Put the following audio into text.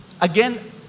Again